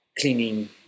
cleaning